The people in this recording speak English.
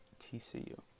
TCU